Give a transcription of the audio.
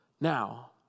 Now